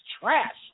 trash